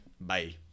Bye